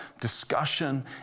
discussion